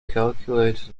calculate